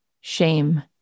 shame